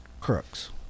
crooks